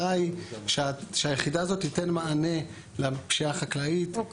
היא שהיחידה הזאת תיתן מענה לפשיעה החקלאית גם